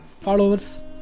followers